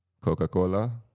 coca-cola